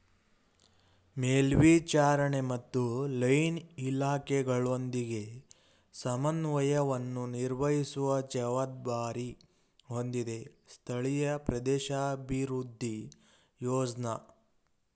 ಮೇಲ್ವಿಚಾರಣೆ ಮತ್ತು ಲೈನ್ ಇಲಾಖೆಗಳೊಂದಿಗೆ ಸಮನ್ವಯವನ್ನು ನಿರ್ವಹಿಸುವ ಜವಾಬ್ದಾರಿ ಹೊಂದಿದೆ ಸ್ಥಳೀಯ ಪ್ರದೇಶಾಭಿವೃದ್ಧಿ ಯೋಜ್ನ